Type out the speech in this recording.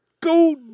go